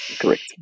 correct